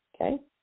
Okay